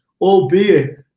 Albeit